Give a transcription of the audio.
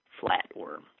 flatworm